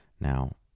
Now